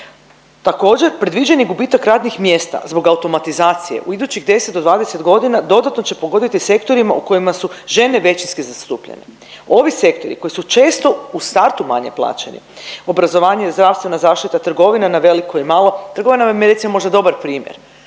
Također predviđen je gubitak radnih mjesta zbog automatizacije, u idućih 10 do 20.g. dodatno će pogoditi sektorima u kojima su žene većinski zastupljene. Ovi sektori koji su često u startu manje plaćeni, obrazovanje, zdravstvena zaštita, trgovine na veliko i malo, trgovina vam je recimo možda dobar primjer,